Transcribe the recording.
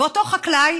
ואותו חקלאי